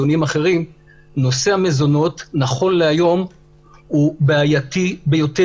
נושא המזונות נכון להיום הוא בעייתי ביותר.